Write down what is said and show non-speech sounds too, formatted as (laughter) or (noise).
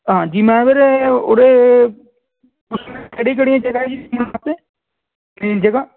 ਹਾਂਜੀ ਮੈਂ ਵੀਰੇ ਉਰੇ (unintelligible) ਕਿਹੜੀਆਂ ਕਿਹੜੀਆਂ ਜਗ੍ਹਾ ਹੈ ਜੀ ਘੁੰਮਣ ਵਾਸਤੇ ਅਤੇ ਜਗ੍ਹਾ